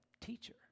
teacher